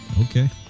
Okay